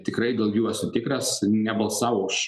tikrai dėl jų esu tikras nebalsavo už